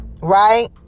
Right